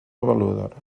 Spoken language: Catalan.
avaluadora